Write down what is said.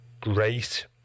great